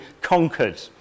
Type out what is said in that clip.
conquered